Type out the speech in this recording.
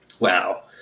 Wow